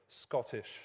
Scottish